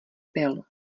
pil